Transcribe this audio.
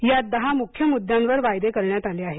यात दहा मुख्य मुद्द्यांवर वायदे करण्यात आले आहेत